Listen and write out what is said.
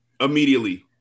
immediately